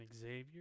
Xavier